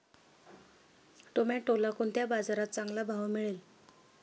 टोमॅटोला कोणत्या बाजारात चांगला भाव मिळेल?